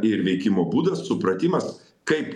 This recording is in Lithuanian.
ir veikimo būdas supratimas kaip